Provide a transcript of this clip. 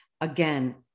Again